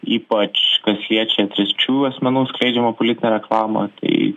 ypač kas liečia trečiųjų asmenų skleidžiamą politinę reklamą tai